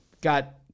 got